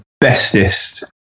bestest